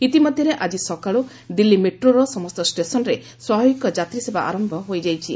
ଇତିମଧ୍ୟରେ ଆକ୍ଟି ସକାଳୁ ଦିଲ୍ଲୀ ମେଟ୍ରୋର ସମସ୍ତ ଷ୍ଟେସନ୍ରେ ସ୍ୱାଭାବିକ ଯାତ୍ରୀସେବା ଆରମ୍ଭ ହୋଇଯାଇଛି